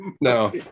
no